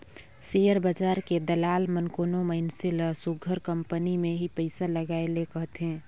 share बजार के दलाल मन कोनो मइनसे ल सुग्घर कंपनी में ही पइसा लगाए ले कहथें